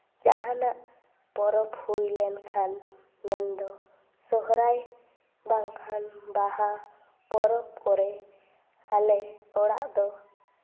ᱡᱟᱦᱟᱱᱟᱜ ᱯᱚᱨᱚᱵᱽ ᱦᱩᱭ ᱞᱮᱱᱠᱷᱟᱱ ᱢᱮᱱᱫᱚ ᱥᱚᱨᱦᱟᱭ ᱵᱟᱝᱠᱷᱟᱱ ᱵᱟᱦᱟ ᱯᱚᱨᱚᱵᱽ ᱠᱚᱨᱮ ᱟᱞᱮ ᱚᱲᱟᱜ ᱫᱚ